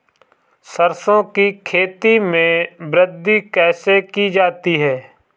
सरसो की खेती में वृद्धि कैसे की जाती है?